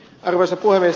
arvoisa puhemies